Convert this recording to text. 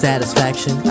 Satisfaction